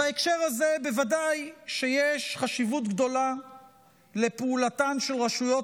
בהקשר הזה בוודאי יש חשיבות גדולה לפעולתן של רשויות